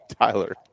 Tyler